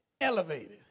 elevated